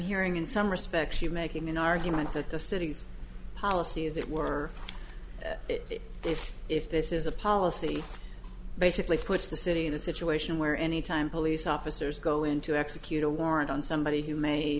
hearing in some respects you making an argument that the city's policy as it were if this is a policy basically puts the city in a situation where any time police officers go in to execute a warrant on somebody who may